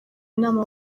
inama